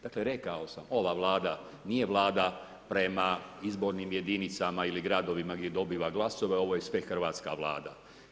Dakle, rekao sam, ova Vlada nije Vlada prema izbornim jedinicama ili gradovima gdje dobiva glasove, ovo je sve hrvatska Vlada.